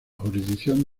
jurisdicción